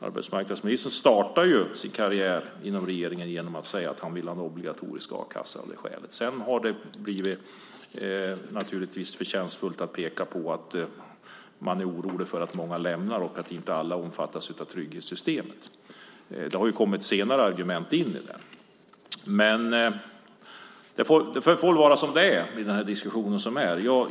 Arbetsmarknadsministern startade sin karriär inom regeringen genom att säga att han ville ha en obligatorisk a-kassa av det skälet. Sedan har det naturligtvis blivit förtjänstfullt att peka på att man är orolig för att många lämnar och att inte alla omfattas av trygghetssystemet. Det har ju kommit in som senare argument. Det får väl vara som det är i den här diskussionen.